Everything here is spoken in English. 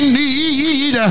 need